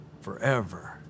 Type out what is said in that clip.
forever